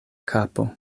kapo